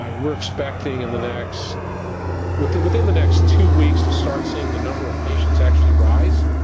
ah we're expecting in the next within within the next two weeks to start seeing the number of patients actually rise